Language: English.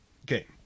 okay